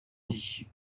dis